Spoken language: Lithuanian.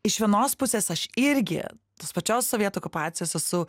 iš vienos pusės aš irgi tos pačios sovietų okupacijos esu